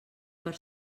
per